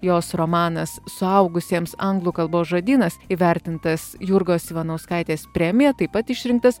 jos romanas suaugusiems anglų kalbos žodynas įvertintas jurgos ivanauskaitės premija taip pat išrinktas